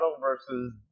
versus